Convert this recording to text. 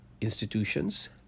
institutions